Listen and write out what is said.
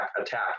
attack